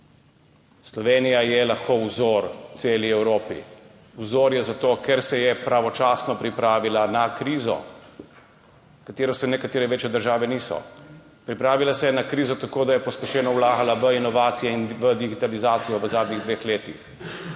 Slovenija je lahko vzor celi Evropi. Vzor je zato, ker se je pravočasno pripravila na krizo, na katero se nekatere večje države niso, pripravila se je na krizo tako, da je pospešeno vlagala v inovacije in digitalizacijo v zadnjih dveh letih.